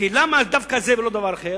למה דווקא זה ולא דבר אחר?